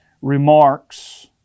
remarks